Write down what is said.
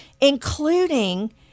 Including